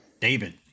David